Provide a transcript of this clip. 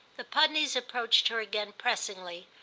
the pudneys approached her again pressingly,